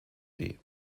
city